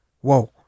Whoa